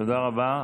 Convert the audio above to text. תודה רבה.